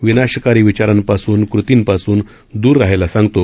विनाशकारी विचारांपासून कृतींपासून दुर राहायला सांगतो